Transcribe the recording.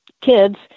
kids